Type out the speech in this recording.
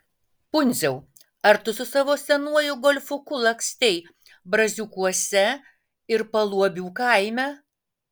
pundziau ar tu su savo senuoju golfuku lakstei braziūkuose ir paluobių kaime